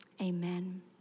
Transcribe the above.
Amen